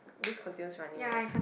just continues running right